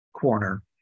corner